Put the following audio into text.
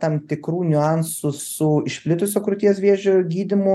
tam tikrų niuansų su išplitusiu krūties vėžio gydymu